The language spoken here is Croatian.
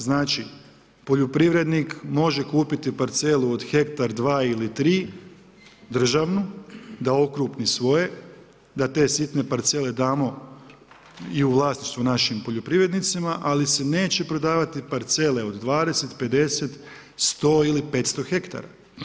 Znači poljoprivrednik može kupiti parcelu od hektar, dva ili tri državnu da okrupni svoje, da te sitne parcele damo i u vlasništvo našim poljoprivrednicima ali se neće prodavati parcele od 20, 50, 100 ili 500 ha.